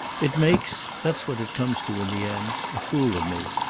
it makes that's what it comes to in the end a fool of me.